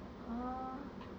err